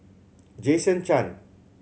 Jason Chan